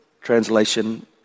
translation